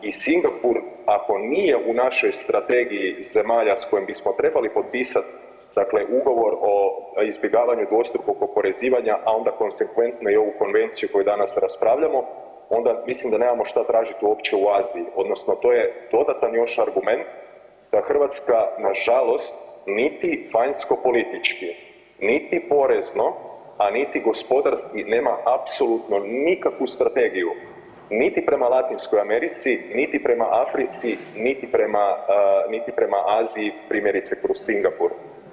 I Singapur ako nije u našoj strategiji zemalja s kojima bismo trebali potpisati ugovor o izbjegavanju dvostrukog oporezivanja, a onda konsekventno i ovu konvenciju koju danas raspravljamo onda mislim da nemamo što tražiti uopće u Aziji odnosno to je dodatan još argument da Hrvatska na žalost niti vanjskopolitički, niti porezno, a niti gospodarski nema apsolutno nikakvu strategiju niti prema Latinskoj Americi, niti prema Africi, niti prema Aziji primjerice kroz Singapur.